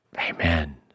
Amen